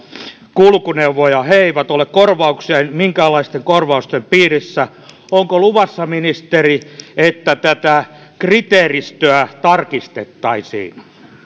kulkuneuvoja he eivät ole minkäänlaisten korvausten piirissä onko luvassa ministeri että tätä kriteeristöä tarkistettaisiin